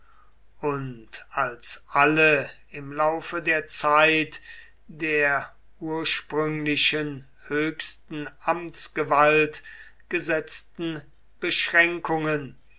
und als alle im laufe der zeit der ursprünglicher höchsten amtsgewalt gesetzten beschränkungen